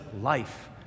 life